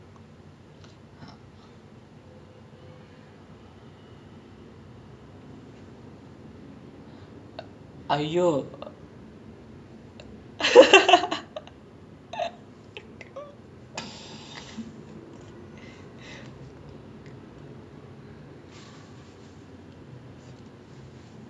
then I started digging deeper into that I researched all the classical composers like bach browns mozart beethoven all these people and I see how they wrote sonatas I see how they wrote symphonies I see how they wrote orchestral pieces then like எல்லாத்தயுமே:ellaathayumae analyse பண்ணி வந்ததுக்கு அப்புறம்:panni vanthathukku appuram I realised that the thing that people take very lightly is chord progressions like the you know the john legend song all of me right